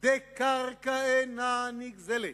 דקרקע אינה נגזלת".